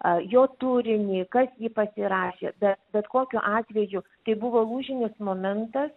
a jo turinį kas jį pasirašė bet bet kokiu atveju tai buvo lūžinis momentas